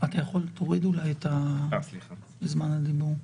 תוריד את זה אולי בזמן הדיבור.